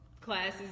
classes